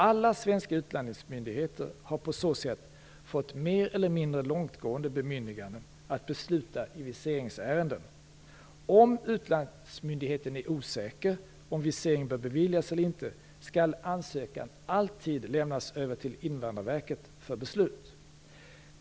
Alla svenska utlandsmyndigheter har på så sätt fått mer eller mindre långtgående bemyndiganden att besluta i viseringsärenden. Om utlandsmyndigheten är osäker om visering bör beviljas eller inte skall ansökan alltid lämnas över till Invandrarverket för beslut.